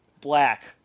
Black